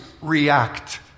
react